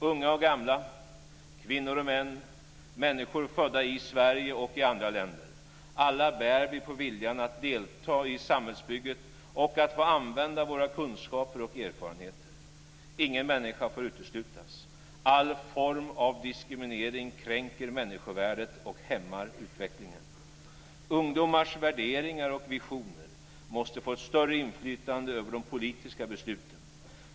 Unga och gamla, kvinnor och män, människor födda i Sverige och i andra länder - alla bär vi på viljan att delta i samhällsbygget och att få använda våra kunskaper och erfarenheter. Ingen människa får uteslutas. All form av diskriminering kränker människovärdet och hämmar utvecklingen. Ungdomars värderingar och visioner måste få ett större inflytande över de politiska besluten.